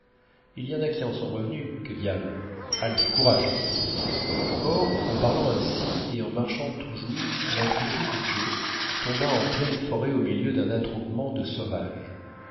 il y en a qui en sont revenus que diable allons courage or en parlant ainsi et en marchant toujours l'intrépide joe tomba en pleine forêt au milieu d'un attroupement de sauvages